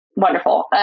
Wonderful